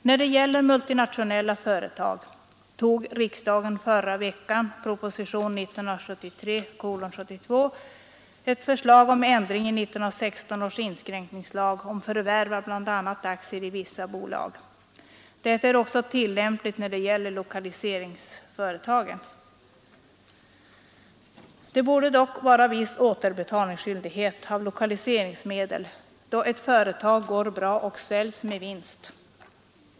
När det gäller multinationella företag biföll riksdagen förra veckan propositionen 72 med förslag om ändring i 1916 års inskränkningslag om förvärv av bl.a. aktier i vissa bolag. Denna lag är också tillämplig när det gäller lokaliseringsföretag. Det borde finnas viss återbetalningsskyldighet av lokaliseringsmedel då ett företag går bra och säljs med vinst.